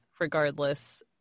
regardless